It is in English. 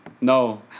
no